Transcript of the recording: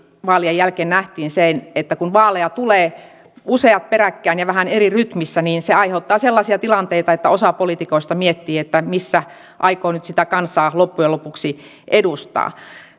vaalien jälkeen nähtiin se että kun vaaleja tulee useat peräkkäin ja vähän eri rytmissä niin se aiheuttaa sellaisia tilanteita että osa poliitikoista miettii missä aikoo nyt sitä kansaa loppujen lopuksi edustaa